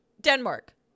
Denmark